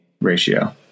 ratio